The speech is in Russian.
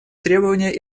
требования